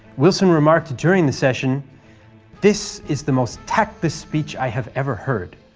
wilson remarked during the session this is the most tactless speech i have ever heard.